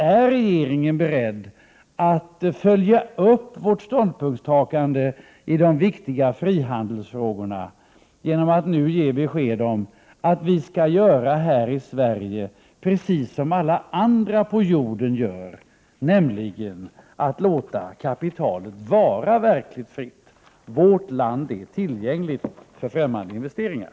Är regeringen beredd att följa upp vårt ståndpunktstagande i de viktiga frihandelsfrågorna genom att nu ge besked om att vi här i Sverige skall göra precis som alla andra på jorden gör, nämligen låta kapitalet vara verkligt fritt: vårt land är tillgängligt för främmande investeringar.